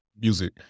music